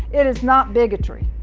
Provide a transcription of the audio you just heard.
it is not bigotry.